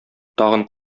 тагын